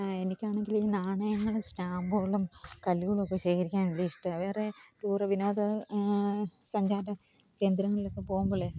എനിക്ക് ആണെങ്കിൽ ഈ നാണയങ്ങളും സ്റ്റാമ്പുകളും കല്ലുകളുമൊക്കെ ശേഖരിക്കാന് വലിയ ഇഷ്ടമാണ് വേറെ ടൂറ് വിനോദ സഞ്ചാര കേന്ദ്രങ്ങളിലൊക്കെ പോകുമ്പോൾ